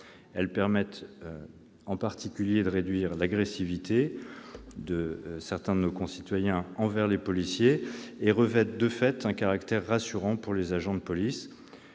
Elles permettent notamment de réduire l'agressivité de certains de nos concitoyens envers les policiers et revêtent, de fait, un caractère rassurant pour les agents de police.